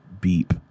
Beep